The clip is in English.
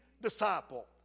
disciple